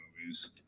movies